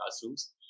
classrooms